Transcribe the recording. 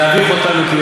להביך אותנו?